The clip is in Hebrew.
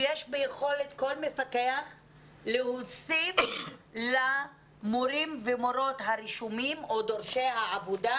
שיש ביכולת כל מפקח להוסיף למורים ומורות הרשומים או דורשי העבודה,